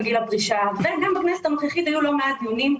גיל הפרישה וגם בכנסת הנוכחית היו לא מעט דיונים,